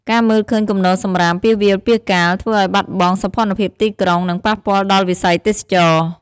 ការមើលឃើញគំនរសំរាមពាសវាលពាសកាល ធ្វើឲ្យបាត់បង់សោភ័ណភាពទីក្រុង និងប៉ះពាល់ដល់វិស័យទេសចរណ៍។